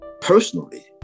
personally